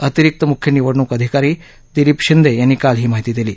अतिरीक्त मुख्य निवडणूक अधिकारी दिलीप शिंदे यांनी काल ही माहिती दिली